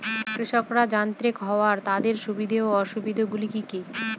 কৃষকরা যান্ত্রিক হওয়ার তাদের সুবিধা ও অসুবিধা গুলি কি কি?